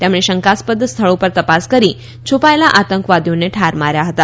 તેમણે શંકાસ્પદ સ્થળો પર તપાસ કરી છુપાયેલા આતંકવાદીઓને ઠાર માર્યા હતા